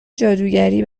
جادوگری